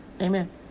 Amen